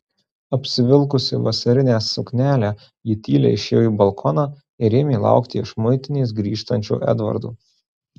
apsivilkusi vasarinę suknelę ji tyliai išėjo balkoną ir ėmė laukti iš muitinės grįžtančio edvardo